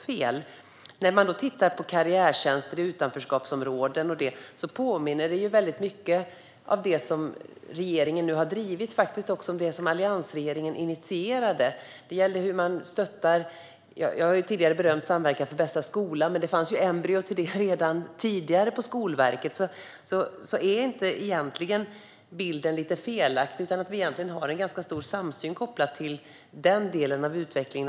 Men när man nu tittar på karriärtjänster i utanförskapsområden och annat som regeringen har drivit ser man att det påminner väldigt mycket om sådant som alliansregeringen initierade. Det gäller bland annat hur man stöttar dem. Jag har tidigare berömt Samverkan för bästa skola, men det fanns ju ett embryo till det redan tidigare på Skolverket. Är inte egentligen bilden lite felaktig? Har vi inte en ganska stor samsyn vad gäller den delen av utvecklingen?